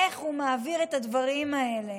איך הוא מעביר את הדברים האלה?